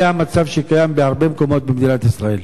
זה המצב שקיים בהרבה מקומות במדינת ישראל.